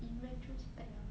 in retrospect ah